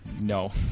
No